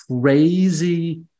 crazy